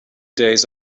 days